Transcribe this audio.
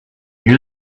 hear